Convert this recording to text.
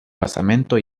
basamento